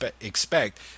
expect